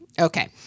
Okay